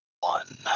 one